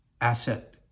asset